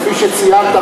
כפי שציינת,